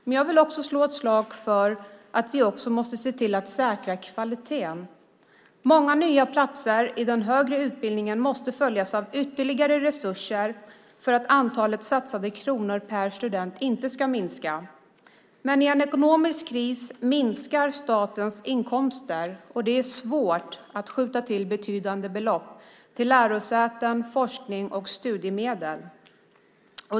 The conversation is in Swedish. Men jag vill slå ett slag för att vi också måste se till att säkra kvaliteten. Många nya platser i den högre utbildningen måste följas av ytterligare resurser för att antalet satsade kronor per student inte ska minska. Men i en ekonomisk kris minskar statens inkomster, och det är svårt att skjuta till betydande belopp till lärosäten, forskning och studiemedel.